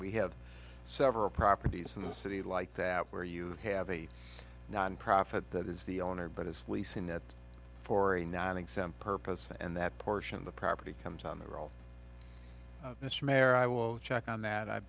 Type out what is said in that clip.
we have several properties in the city like that where you have a nonprofit that is the owner but it's leasing that for a nonexempt purpose and that portion of the property comes on the roll mr mayor i will check on that i'm